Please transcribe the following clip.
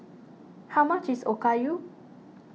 how much is Okayu